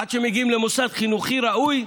עד שהם מגיעים למוסד חינוכי ראוי?